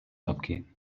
abgehen